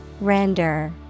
RENDER